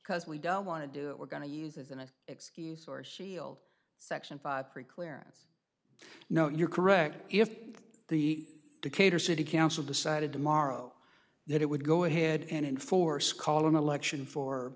because we don't want to do it we're going to use as an excuse or shield section five pre clearance you know you're correct if the decatur city council decided tomorrow that it would go ahead and in force call an election for